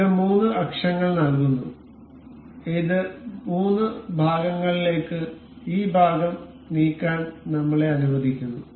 ഇത് മൂന്ന് അക്ഷങ്ങൾ നൽകുന്നു ഇത് മൂന്ന് ഭാഗങ്ങളിലേക്ക് ഈ ഭാഗം നീക്കാൻ നമ്മളെ അനുവദിക്കുന്നു